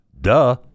Duh